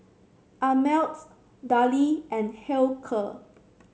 Ameltz Darlie and Hilker